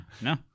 No